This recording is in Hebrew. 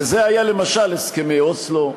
וזה היה למשל הסכמי אוסלו,